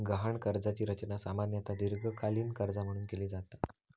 गहाण कर्जाची रचना सामान्यतः दीर्घकालीन कर्जा म्हणून केली जाता